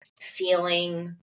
feeling